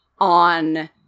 on